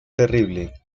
terrible